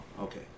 Okay